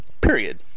period